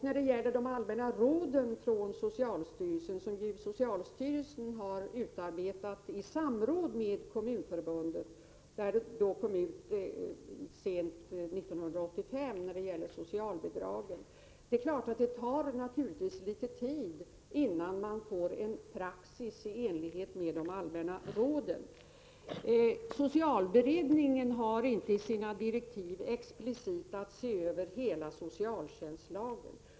När det gäller de allmänna råden från socialstyrelsen vill jag framhålla att dessa har utarbetats av socialstyrelsen i samråd med Kommunförbundet. Så sent som 1985 fastställde man riktlinjerna för socialbidragen. Det tar naturligtvis litet tid att åstadkomma en praxis i enlighet med de allmänna råden. Enligt de direktiv som gäller för socialberedningen har denna inte att explicit se över hela socialtjänstlagen.